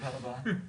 תודה רבה רבה.